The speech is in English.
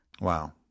Wow